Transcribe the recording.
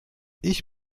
ich